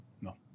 No